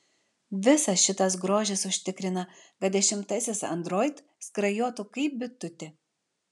visas šitas grožis užtikrina kad dešimtasis android skrajotų kaip bitutė